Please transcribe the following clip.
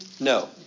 No